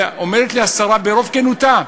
ואומרת לי השרה, ברוב כנותה: